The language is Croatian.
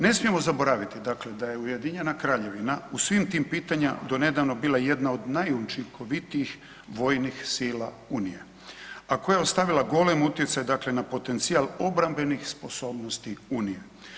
Ne smijemo zaboraviti dakle da je UK u svim tim pitanjima donedavno bila jedna od najučinkovitijih vojnih sila Unije a koja je ostavila golem utjecaj dakle na potencijal obrambenih sposobnosti Unije.